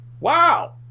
wow